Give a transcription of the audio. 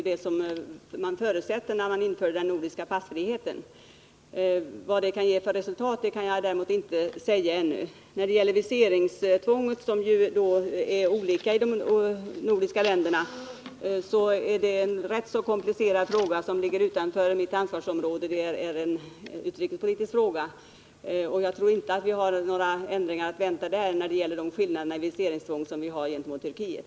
Det var ju en sådan kontroll som förutsattes när den nordiska passfriheten infördes. Vad det kan ge för resultat har jag däremot inte möjlighet att säga ännu. Viseringstvånget, som ju är olika i de nordiska länderna, är en rätt så komplicerad fråga, som ligger utanför mitt ansvarsområde. Det är en utrikespolitisk fråga, och jag tror inte att det är några ändringar att vänta när det gäller de skillnader i viseringstvång som vi har gentemot Turkiet.